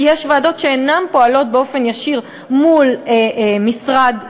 כי יש ועדות שאינן פועלות באופן ישיר מול משרד ספציפי,